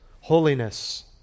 holiness